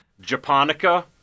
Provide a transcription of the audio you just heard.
Japonica